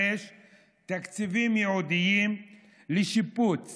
5. תקציבים ייעודיים לשיפוץ